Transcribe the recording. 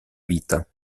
vita